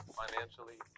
financially